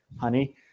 honey